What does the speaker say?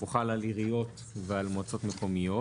הוא חל על עיריות ועל מועצות מקומיות,